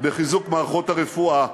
בחיזוק מערכות הרפואה,